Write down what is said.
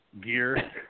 gear